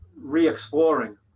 re-exploring